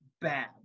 bad